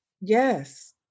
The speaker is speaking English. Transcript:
Yes